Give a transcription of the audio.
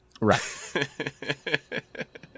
Right